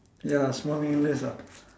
ya small meaningless lah